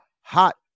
hot